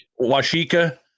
Washika